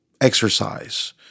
exercise